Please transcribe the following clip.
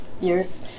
years